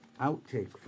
outtake